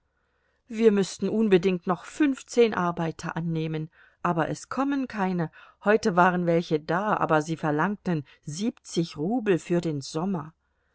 wir müßten unbedingt noch fünfzehn arbeiter annehmen aber es kommen keine heute waren welche da aber sie verlangten siebzig rubel für den sommer